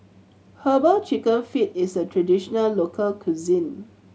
Herbal Chicken Feet is a traditional local cuisine